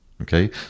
Okay